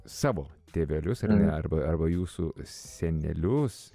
savo tėvelius ir arba arba jūsų senelius